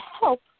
help